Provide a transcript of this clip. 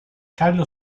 carlo